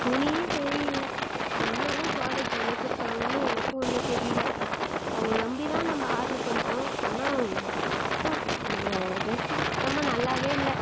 துணியே சரி இல்லை என்ன தான் ப்ராடக்ட் அனுப்பியிருக்காங்கன்னு எனக்கும் ஒன்றும் தெரியலை அவங்களை நம்பி தான் நம்ப ஆர்டர் பண்ணுறோம் ஆனால் சுத்தம் இந்த டிரெஸ்ஸு சுத்தமாக நல்லாவே இல்லை